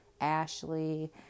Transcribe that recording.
Ashley